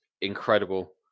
incredible